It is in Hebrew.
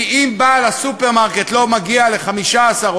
כי אם בעל הסופרמרקט לא מגיע ל-15 או